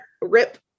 Rip